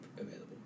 available